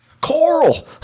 Coral